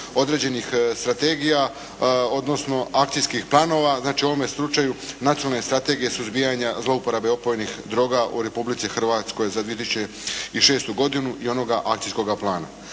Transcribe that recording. određenih strategija odnosno akcijskih planova. Znači, u ovome slučaju Nacionalne strategije suzbijanja zlouporabe opojnih droga u Republici Hrvatskoj za 2006. godinu i onoga akcijskoga plana.